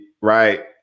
Right